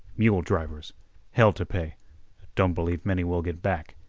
mule drivers hell t' pay don't believe many will get back.